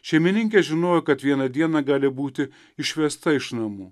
šeimininkė žinojo kad vieną dieną gali būti išvesta iš namų